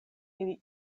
ili